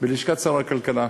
שר הכלכלה.